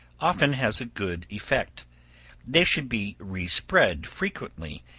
often has a good effect they should be re-spread frequently,